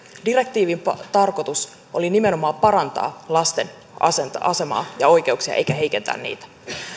direktiivin tarkoitus oli nimenomaan parantaa lasten asemaa asemaa ja oikeuksia eikä heikentää niitä